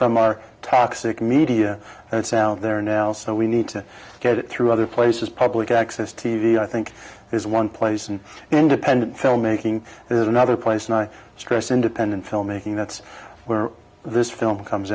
from our toxic media that's out there now so we need to get it through other places public access t v i think there's one place and independent filmmaking there's another place and i stress independent filmmaking that's where this film comes